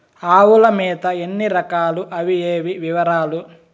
ఆవుల మేత ఎన్ని రకాలు? అవి ఏవి? వివరాలు?